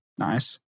nice